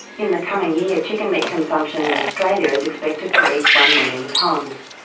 in the coming year chicken meat consumption in australia is expected to reach one million tonnes.